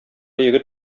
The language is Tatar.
егет